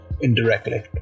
indirectly